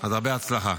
אז הרבה הצלחה.